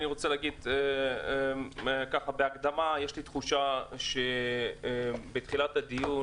אני רוצה להגיד בהקדמה שיש לי תחושה שבתחילת הדיון